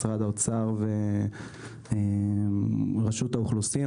משרד האוצר ורשות האוכלוסין.